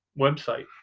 website